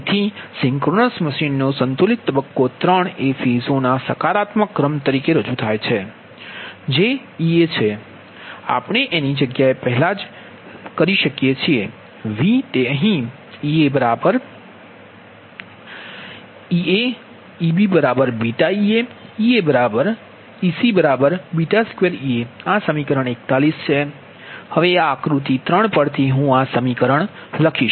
તેથી સિંક્રનસ મશીનનો સંતુલિત તબક્કો 3 એ ફેઝો ના સકારાત્મક ક્રમ તરીકે રજૂ થાય છે જે Eaછે આપણે એની જગ્યાએ પહેલાં જ કરી શકીએ છીએ V તે અહીં EaEaEbβEaEc2Eaઆ સમીકરણ 41 છે હવે આ આક્રુતિ 3 પરથી હું આ સમીકરણ લખીશ